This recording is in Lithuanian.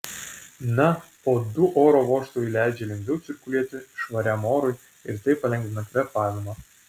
na o du oro vožtuvai leidžia lengviau cirkuliuoti švariam orui ir taip palengvina kvėpavimą